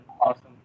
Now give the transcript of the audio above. awesome